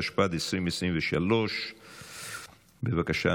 התשפ"ד 2023. בבקשה,